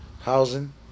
Housing